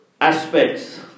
aspects